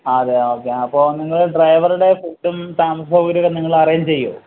അതെ ഓക്കേ അപ്പോള് നിങ്ങള് ഡ്രൈവറുടെ ഫുഡ്ഡും താമസ സൗകര്യവുമൊക്കെ നിങ്ങള് അറേഞ്ച് ചെയ്യുമോ